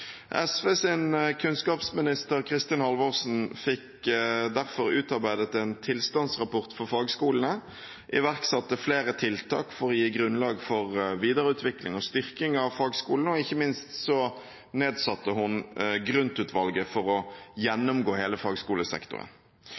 kunnskapsminister, Kristin Halvorsen, fikk derfor utarbeidet en tilstandsrapport for fagskolene, iverksatte flere tiltak for å gi grunnlag for videreutvikling og styrking av fagskolene, og ikke minst nedsatte hun Grund-utvalget for å gjennomgå hele fagskolesektoren.